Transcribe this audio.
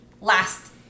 last